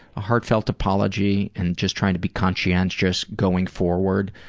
a heartfelt apology and just trying to be conscientious going forward.